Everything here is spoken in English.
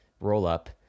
roll-up